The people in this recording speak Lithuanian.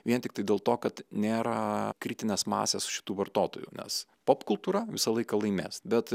vien tiktai dėl to kad nėra kritinės masės šitų vartotojų nes popkultūra visą laiką laimės bet